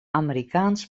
amerikaans